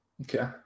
Okay